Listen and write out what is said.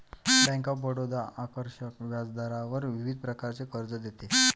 bank of Baroda आकर्षक व्याजदरावर विविध प्रकारचे कर्ज देते